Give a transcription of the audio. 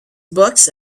books